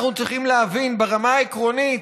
אנחנו צריכים להבין: ברמה העקרונית,